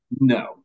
No